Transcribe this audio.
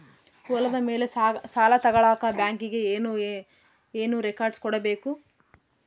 ಹೊಲದ ಮೇಲೆ ಸಾಲ ತಗಳಕ ಬ್ಯಾಂಕಿಗೆ ಏನು ಏನು ರೆಕಾರ್ಡ್ಸ್ ಕೊಡಬೇಕು?